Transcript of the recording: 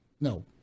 no